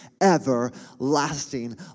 everlasting